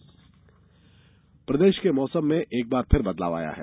मौसम प्रदेश के मौसम में एक बार फिर बदलाव आया है